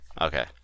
Okay